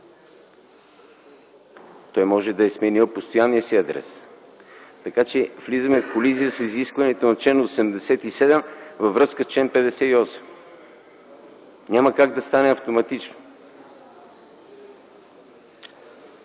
може да е сменил постоянния си адрес. Влизаме в колизия с изискванията на чл. 87 във връзка с чл. 58. Няма как да стане автоматично.